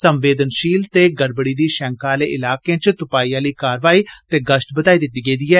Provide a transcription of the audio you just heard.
संवेदनशील ते गड़बड़ी दी शैंका आले इलाकें च त्पाई आली कारवाई ते गश्त बधाई दिती गेदी ऐ